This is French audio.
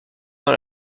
dans